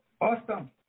Awesome